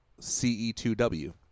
CE2W